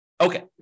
Okay